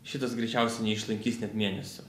šitas greičiausiai neišlaikys net mėnesio